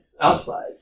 Outside